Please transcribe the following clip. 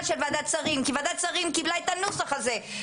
ועדת שרים כי ועדת שרים קיבלה את הנוסח הזה.